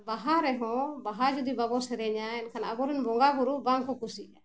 ᱵᱟᱦᱟ ᱨᱮᱦᱚᱸ ᱵᱟᱦᱟ ᱡᱩᱫᱤ ᱵᱟᱵᱚ ᱥᱮᱨᱮᱧᱟ ᱮᱱᱠᱷᱟᱱ ᱟᱵᱚᱨᱮᱱ ᱵᱚᱸᱜᱟ ᱵᱩᱨᱩ ᱵᱟᱝ ᱠᱚ ᱠᱩᱥᱤᱜᱼᱟ